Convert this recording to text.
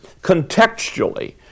contextually